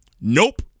Nope